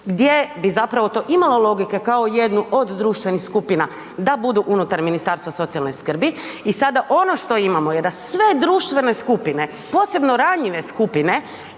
gdje bi zapravo to imalo logike kao jednu od društvenih skupina da budu unutar Ministarstva socijalne skrbi i sada ono što imamo jer da sve društvene skupine posebno ranjive skupine,